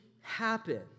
happen